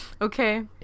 Okay